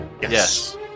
Yes